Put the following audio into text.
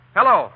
Hello